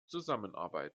zusammenarbeiten